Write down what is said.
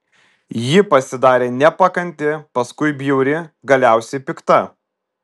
ji pasidarė nepakanti paskui bjauri galiausiai pikta